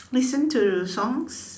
listen to songs